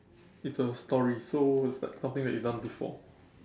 it's a story so it's like something that you've done before